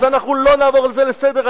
אז אנחנו לא נעבור על זה לסדר-היום.